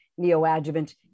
neoadjuvant